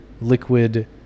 liquid